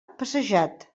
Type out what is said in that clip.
passejat